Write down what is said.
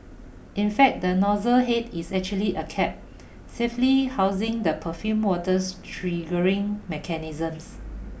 in fact the nozzle head is actually a cap safely housing the perfumed water's triggering mechanisms